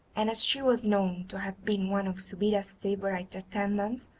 and as she was known to have been one of subida's favourite attendants,